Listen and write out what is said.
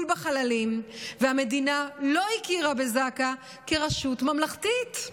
בחללים והמדינה לא הכירה בזק"א כרשות ממלכתית.